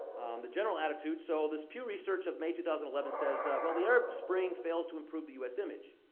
the general attitude so, this peer research of may two thousand and eleven says that, well, the arab spring fails to improve the u s. image,